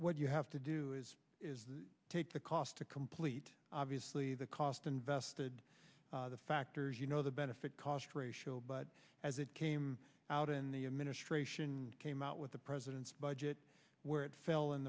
what you have to do is take the cost to complete obviously the cost invested the factors you know the benefit cost ratio but as it came out in the administration came out with the president's budget where it fell